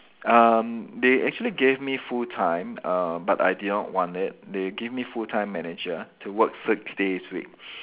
um they actually gave me full time err but I didn't want it they gave me full time manager to work six days week